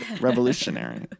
revolutionary